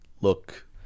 look